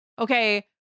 okay